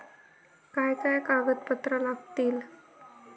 काय काय कागदपत्रा लागतील?